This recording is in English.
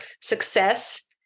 success